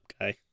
guy